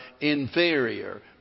inferior